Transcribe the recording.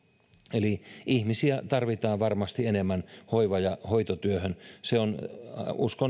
eli ihmisiä tarvitaan varmasti enemmän hoiva ja hoitotyöhön se on uskon